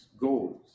goals